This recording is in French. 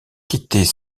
qu’était